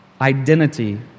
identity